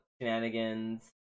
shenanigans